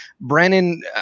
Brandon